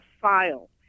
file